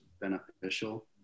beneficial